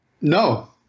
No